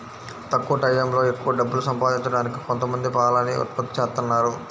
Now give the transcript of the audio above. తక్కువ టైయ్యంలో ఎక్కవ డబ్బులు సంపాదించడానికి కొంతమంది పాలని ఉత్పత్తి జేత్తన్నారు